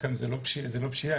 לא פשיעה.